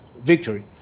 victory